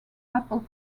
apple